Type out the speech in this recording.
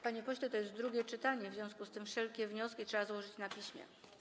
Panie pośle, to jest drugie czytanie, w związku z czym wszelkie wnioski trzeba złożyć na piśmie.